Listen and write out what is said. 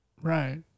Right